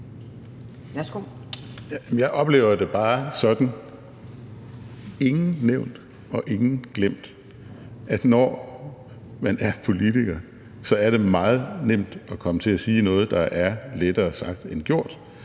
Jeg oplever det bare sådan – ingen nævnt, og ingen glemt – at når man er politiker, er det meget nemt at komme til at sige noget, der er lettere sagt end gjort.